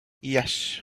yes